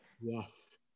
Yes